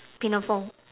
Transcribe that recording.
pinafore